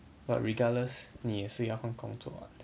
but regardless 你也是要换工作 [what]